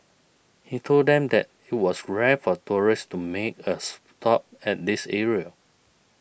he told them that it was rare for tourists to make a stop at this area